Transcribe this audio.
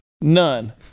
none